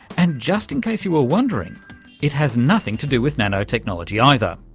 and just in case you were wondering it has nothing to do with nano-technology either.